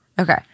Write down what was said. Okay